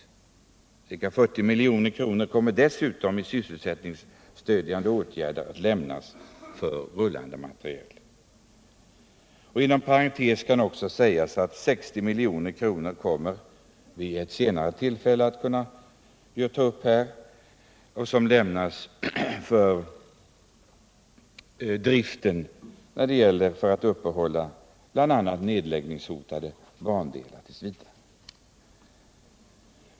Ca 40 milj.kr. till sysselsättningsstödjande åtgärder kommer dessutom att lämnas för rullande materiel. Inom parentes kan också sägas att 60 milj.kr. vid ett senare tillfälle kommer att kunna anslås bl.a. för att t. v. upprätthålla nedläggningshotade bandelar.